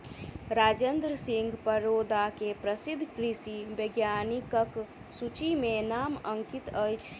राजेंद्र सिंह परोदा के प्रसिद्ध कृषि वैज्ञानिकक सूचि में नाम अंकित अछि